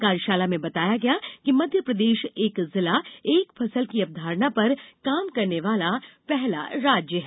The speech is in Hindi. कार्यशाला में बताया गया कि मध्यप्रदेश एक जिला एक फसल की अवधारणा पर काम करने वाला पहला राज्य है